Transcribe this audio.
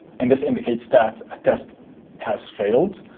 and this indicates that a test has failed.